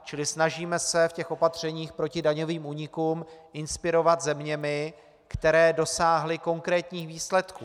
Čili snažíme se v opatřeních proti daňovým únikům inspirovat zeměmi, které dosáhly konkrétních výsledků.